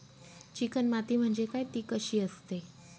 Chicken माती म्हणजे काय? ति कशी असते?